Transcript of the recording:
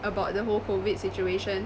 about the whole COVID situation